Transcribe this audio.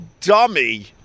dummy